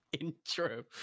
intro